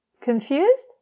Confused